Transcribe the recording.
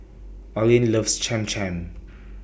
Oline loves Cham Cham